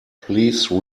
please